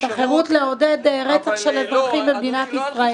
את החירות לעודד רצח של אזרחים במדינת ישראל.